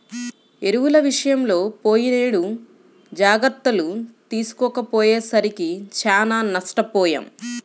ఎరువుల విషయంలో పోయినేడు జాగర్తలు తీసుకోకపోయేసరికి చానా నష్టపొయ్యాం